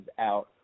out